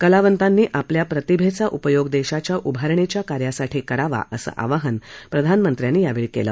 कलावतांनी आपल्या प्रतिभेचा उपयोग देशाच्या उभारणीच्या कार्यासाठी करावा असं आवाहन प्रधानमंत्र्यांनी यावेळी केलं